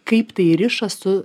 kaip tai riša su